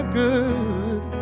good